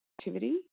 activity